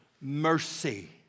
mercy